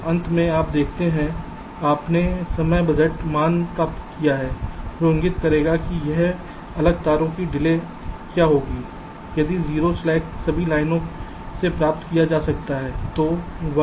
तो अंत में आप देखते हैं आपने समय बजट मान प्राप्त किया है जो इंगित करेगा कि इस अलग तारों की डिले क्या होगी ताकि 0 स्लैक सभी लाइनों में प्राप्त किया जा सकता है